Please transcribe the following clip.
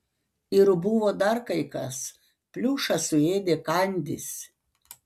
ir buvo dar kai kas pliušą suėdė kandys